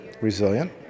resilient